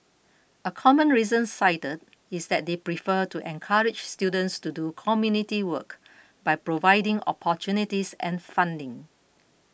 a common reason cited is that they prefer to encourage students to do community work by providing opportunities and funding